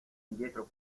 indietro